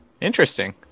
Interesting